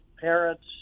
parents